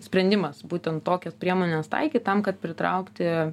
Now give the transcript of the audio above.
sprendimas būtent tokias priemones taikyt tam kad pritraukti